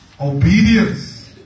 Obedience